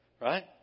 Right